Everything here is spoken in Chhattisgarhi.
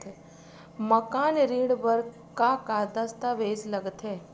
मकान ऋण बर का का दस्तावेज लगथे?